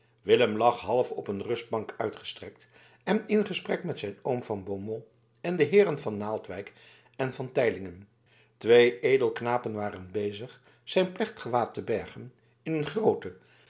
willem lag half op een rustbank uitgestrekt en in gesprek met zijn oom van beaumont en de heeren van naaldwijk en van teylingen twee edelknapen waren bezig zijn plechtgewaad te bergen in een grooten